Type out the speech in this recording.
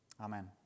Amen